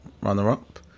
runner-up